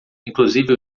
inclusive